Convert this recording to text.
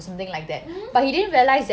mmhmm